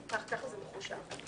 כך זה מחושב.